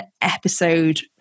episode